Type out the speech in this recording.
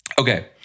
Okay